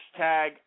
Hashtag